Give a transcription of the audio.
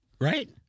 right